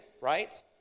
right